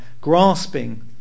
grasping